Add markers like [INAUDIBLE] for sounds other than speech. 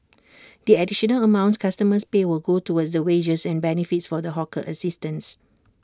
[NOISE] the additional amounts customers pay will go towards the wages and benefits for the hawker assistants